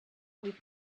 with